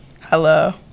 Hello